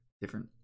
different